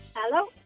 Hello